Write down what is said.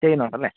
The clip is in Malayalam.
ചെയ്യുന്നുണ്ടല്ലേ